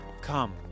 Come